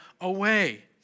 away